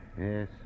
Yes